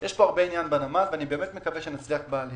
יש הרבה עניין בנמל ואני מקווה שנצליח בזה.